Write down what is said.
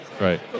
Right